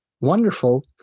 wonderful